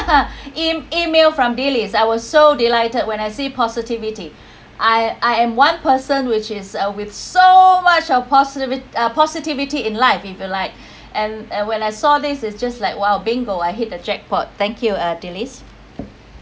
in email from deally I was so delighted when I see positivity I I am one person which is uh with so much of posit~ uh positivity in life if you like and and when I saw this is just like !wow! bingo I hit the jackpot thank you uh deally